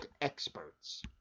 experts